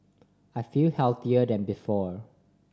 I feel healthier than before